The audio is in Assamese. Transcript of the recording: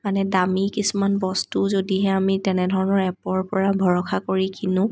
মানে দামী কিছুমান বস্তু যদিহে আমি তেনেধৰণৰ এপৰ পৰা ভৰষা কৰি কিনোঁ